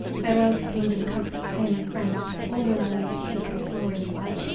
farewell to kingdom, comforts, home and friends! all will i leave to seek this glorious light.